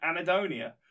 Anadonia